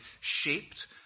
shaped